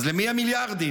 אז למי המיליארדים?